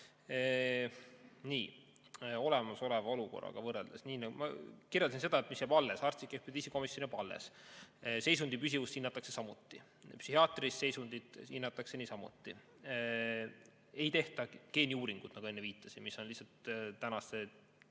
Nii, olemasoleva olukorraga võrreldes ... Ma kirjeldasin seda, mis jääb alles. Arstlik ekspertiisikomisjon jääb alles. Seisundi püsivust hinnatakse samuti, psühhiaatrilist seisundit hinnatakse niisamuti. Ei tehta geeniuuringut, nagu enne viitasin, mis on tänase